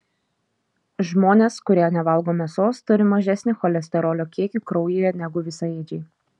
žmonės kurie nevalgo mėsos turi mažesnį cholesterolio kiekį kraujyje negu visaėdžiai